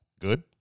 good